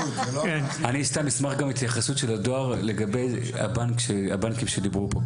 אני אשמח גם התייחסות של הדואר לגבי הבנקים שדיברו פה,